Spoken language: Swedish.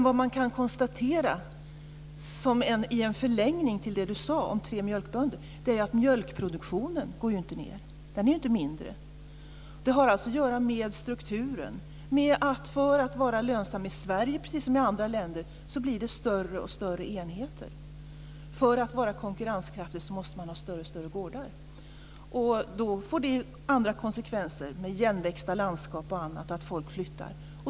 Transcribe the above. Vad man kan konstatera, som en förlängning av det Göte Jonsson sade om mjölkbönder, är att mjölkproduktionen inte går ned. Den är inte mindre. Det har alltså att göra med strukturen. För att man ska vara lönsam i Sverige, precis som i andra länder, krävs det större och större enheter. För att vara konkurrenskraftig måste man ha större och större gårdar. Det får andra konsekvenser, t.ex. igenvuxna landskap och att folk flyttar.